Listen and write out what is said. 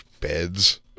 Beds